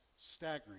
staggering